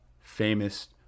famous